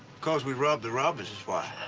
because we rob the robbers, is why.